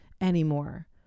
anymore